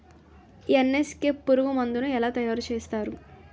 NSK పురుగు మందు ను ఎలా తయారు చేస్తారు?